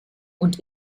und